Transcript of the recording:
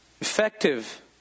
effective